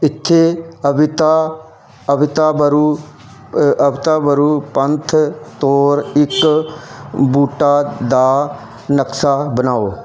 ਇੱਥੇ ਅਬਿਤਾ ਅਬਿਤਾ ਬਰੂ ਅਬਿਤਾ ਬਰੂ ਪੰਥ ਤੋਰ ਇੱਕ ਬੂਟਾ ਦਾ ਨਕਸ਼ਾ ਬਣਾਓ